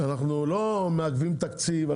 אנחנו לא מעכבים תקציב,